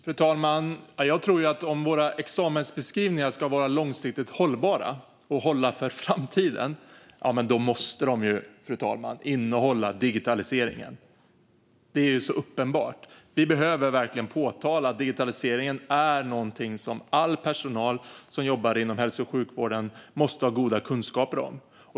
Fru talman! Om våra examensbeskrivningar ska vara långsiktigt hållbara, hålla för framtiden, tror jag att de måste innehålla digitalisering, fru talman. Det är uppenbart. Vi behöver verkligen peka på att digitalisering är någonting som all personal som jobbar inom hälso och sjukvården måste ha goda kunskaper om.